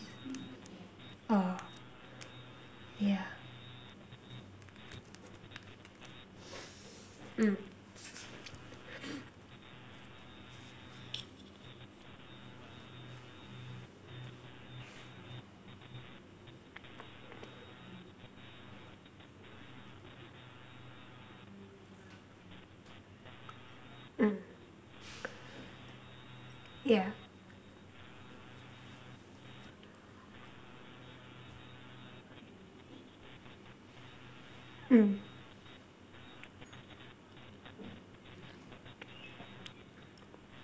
ah yeah mm mm yeah mm